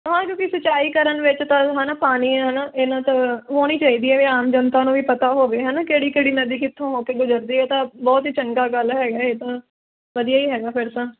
ਹਾਂ ਕਿਉਂਕਿ ਸਿੰਚਾਈ ਕਰਨ ਵਿੱਚ ਤਾਂ ਹੈ ਨਾ ਪਾਣੀ ਹੈ ਨਾ ਇਹਨਾਂ ਤਾ ਹੋਣੀ ਚਾਹੀਦੀ ਹੈ ਜਿਵੇਂ ਆਮ ਜਨਤਾ ਨੂੰ ਵੀ ਪਤਾ ਹੋਵੇ ਹੈ ਨਾ ਕਿਹੜੀ ਕਿਹੜੀ ਨਦੀ ਕਿੱਥੋਂ ਹੋ ਕੇ ਗੁਜ਼ਰਦੀ ਹੈ ਤਾਂ ਬਹੁਤ ਹੀ ਚੰਗਾ ਗੱਲ ਹੈਗਾ ਇਹ ਤਾਂ ਵਧੀਆ ਹੀ ਹੈਗਾ ਫਿਰ ਤਾਂ